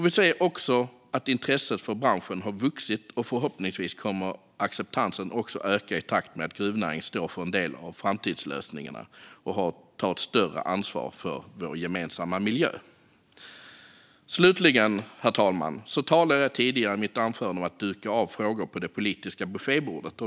Vi ser att intresset för branschen har vuxit. Förhoppningsvis kommer acceptansen också att öka i takt med att gruvnäringen står för en del av framtidslösningarna och tar ett större ansvar för vår gemensamma miljö. Herr talman! Jag talade tidigare i mitt anförande om att duka av frågor från det politiska buffébordet.